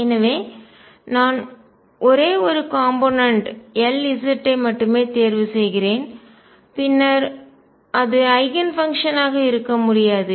எனவே நான் ஒரே ஒரு காம்போனென்ட் கூறு Lz ஐ மட்டுமே தேர்வு செய்கிறேன் பின்னர் அது ஐகன் பங்ஷன் ஆக இருக்க முடியாது